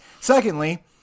Secondly